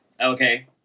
Okay